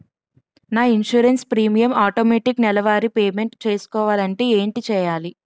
నా insurance premium automatic నెలవారి payment చేసుకోవాలంటే ఏంటి చేయాలి?